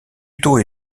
plutôt